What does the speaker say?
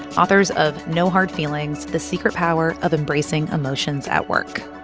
authors of no hard feelings the secret power of embracing emotions at work.